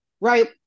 right